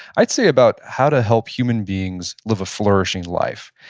i'd say about how to help human beings live a flourishing life.